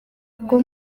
bwo